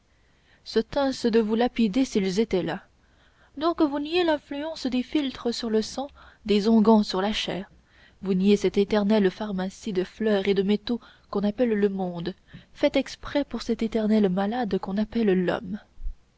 se tinssent de vous lapider s'ils étaient là donc vous niez l'influence des philtres sur le sang des onguents sur la chair vous niez cette éternelle pharmacie de fleurs et de métaux qu'on appelle le monde faite exprès pour cet éternel malade qu'on appelle l'homme